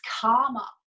karma